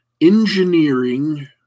engineering